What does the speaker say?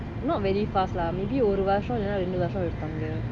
not very fast lah maybe ஒரு வருஷம் இல்ல ரெண்டு வருஷம்:oru varusam illa rendu varusam